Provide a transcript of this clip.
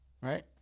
right